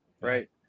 right